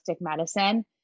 medicine